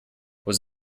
was